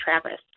travis